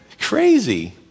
Crazy